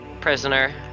prisoner